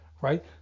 right